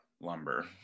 lumber